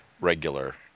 regular